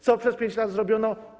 Co przez 5 lat zrobiono?